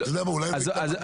אתה יודע מה אולי אתה רוצה לומר?